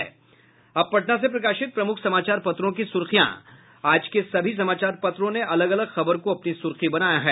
अब पटना से प्रकाशित प्रमुख समाचार पत्रों की सुर्खियां आज के सभी समाचार पत्रों ने अलग अलग खबर को अपनी सूर्खी बनाया है